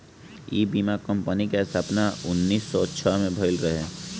इ बीमा कंपनी के स्थापना उन्नीस सौ छह में भईल रहे